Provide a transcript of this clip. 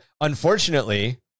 Unfortunately